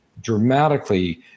dramatically